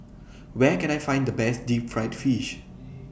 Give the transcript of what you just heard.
Where Can I Find The Best Deep Fried Fish